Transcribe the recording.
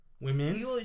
women